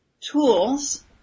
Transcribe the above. tools